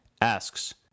asks